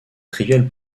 trivial